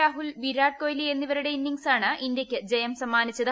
രാഹുൽ വിരാട് കോഹ്ലി എന്നിവരുടെ ഇന്നിങ്സാണ് ഇന്ത്യയ്ക്ക് ജയം സമ്മാനിച്ചത്